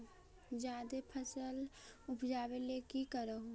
जादे फसल उपजाबे ले की कर हो?